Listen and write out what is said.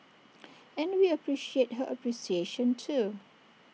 and we appreciate her appreciation too